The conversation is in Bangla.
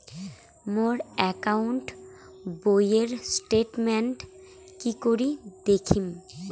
মোর একাউন্ট বইয়ের স্টেটমেন্ট কি করি দেখিম?